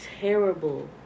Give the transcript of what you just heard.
terrible